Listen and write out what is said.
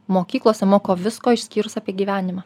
mokyklose moko visko išskyrus apie gyvenimą